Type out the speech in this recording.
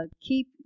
keep